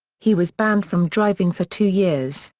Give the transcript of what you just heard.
he was banned from driving for two years,